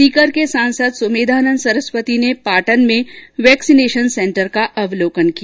सीकर के सांसद सुमेधानन्द सरस्वती ने पाटन में वैक्सीनेशन सेंटर का अवलोकन किया